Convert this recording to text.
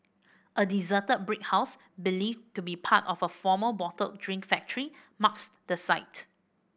a deserted brick house believed to be part of a former bottled drink factory marks the site